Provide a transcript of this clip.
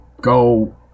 go